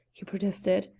he protested.